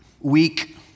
weak